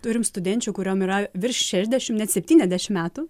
turim studenčių kuriom yra virš šešdešimt net septyniasdešimt metų